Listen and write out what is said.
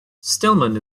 stillman